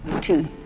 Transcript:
Two